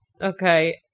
okay